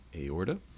aorta